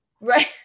Right